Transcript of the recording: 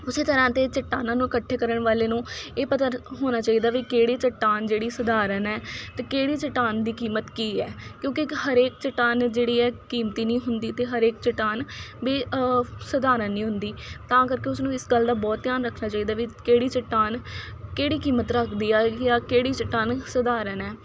ਉਸ ਤਰ੍ਹਾਂ ਅਤੇ ਚੱਟਾਨਾਂ ਨੂੰ ਇਕੱਠੇ ਕਰਨ ਵਾਲੇ ਨੂੰ ਇਹ ਪਤਾ ਹੋਣਾ ਚਾਹੀਦਾ ਵੀ ਕਿਹੜੇ ਚੱਟਾਨ ਜਿਹੜੀ ਸਧਾਰਨ ਹੈ ਅਤੇ ਕਿਹੜੀ ਚੱਟਾਨ ਦੀ ਕੀਮਤ ਕੀ ਹੈ ਕਿਉਂਕਿ ਇੱਕ ਹਰੇਕ ਚੱਟਾਨ ਜਿਹੜੀ ਹੈ ਕੀਮਤੀ ਨਹੀਂ ਹੁੰਦੀ ਅਤੇ ਹਰੇਕ ਚੱਟਾਨ ਵੀ ਸਧਾਰਨ ਨਹੀਂ ਹੁੰਦੀ ਤਾਂ ਕਰਕੇ ਉਸਨੂੰ ਇਸ ਗੱਲ ਦਾ ਬਹੁਤ ਧਿਆਨ ਰੱਖਣਾ ਚਾਹੀਦਾ ਵੀ ਕਿਹੜੀ ਚੱਟਾਨ ਕਿਹੜੀ ਕੀਮਤ ਰੱਖਦੀ ਆ ਜਾਂ ਕਿਹੜੀ ਸਧਾਰਨ ਹੈ